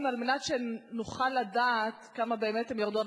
על מנת שנוכל לדעת בכמה באמת הן ירדו.